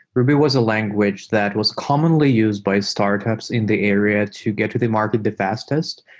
ruby was a language that was commonly used by startups in the area to get to the market the fastest,